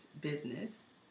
business